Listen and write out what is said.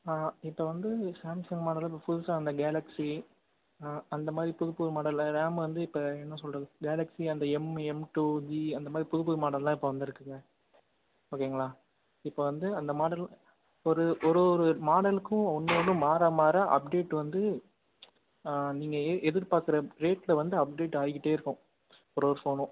ஆ இப்போ வந்து சாம்சங் மாடல்ல இப்போ புதுசாக இந்த கேலக்சி அந்த மாதிரி புது புது மாடல்ல ரேம் வந்து இப்போ என்ன சொல்கிறது கேலக்சி அந்த எம் எம் டூ ஜி அந்த மாதிரி புது புது மாடல்லாம் இப்போ வந்திருக்குங்க ஓகேங்களா இப்போ வந்து அந்த மாடல் ஒரு ஒரு ஒரு மாடலுக்கும் ஒன்று ஒன்று மாற மாற அப்டேட் வந்து நீங்கள் எ எதிர்பார்க்குற ரேட்ல வந்து அப்டேட் ஆயிக்கிட்டே இருக்கும் ஒரு ஒரு ஃபோனும்